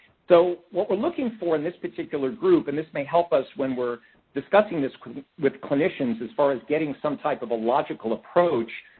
though, what we're looking for in this particular group, and this may help us when we're discussing this with clinicians, as far as getting some type of logical approach,